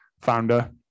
founder